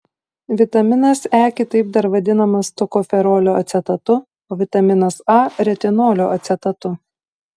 vitaminas e kitaip dar vadinamas tokoferolio acetatu o vitaminas a retinolio acetatu